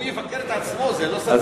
הוא יבקר את עצמו, זה לא סביר.